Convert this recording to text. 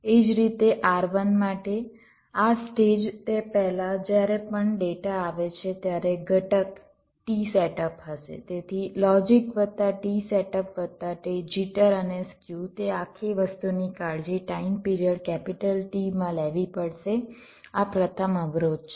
એ જ રીતે R1 માટે આ સ્ટેજ તે પહેલાં જ્યારે પણ ડેટા આવે છે ત્યારે ઘટક t સેટઅપ હશે તેથી લોજિક વત્તા t સેટઅપ વત્તા તે જિટર અને સ્ક્યુ તે આખી વસ્તુની કાળજી ટાઇમ પિરિયડ T માં લેવી પડશે આ પ્રથમ અવરોધ છે